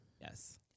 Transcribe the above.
Yes